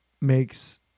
makes